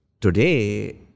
today